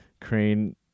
Crane